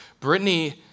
Britney